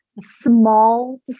small